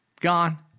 Gone